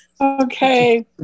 okay